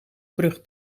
brug